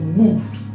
moved